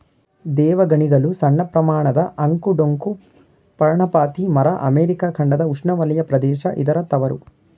ದೇವಗಣಿಗಲು ಸಣ್ಣಪ್ರಮಾಣದ ಅಂಕು ಡೊಂಕು ಪರ್ಣಪಾತಿ ಮರ ಅಮೆರಿಕ ಖಂಡದ ಉಷ್ಣವಲಯ ಪ್ರದೇಶ ಇದರ ತವರು